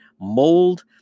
mold